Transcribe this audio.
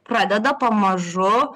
pradeda pamažu